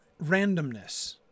Randomness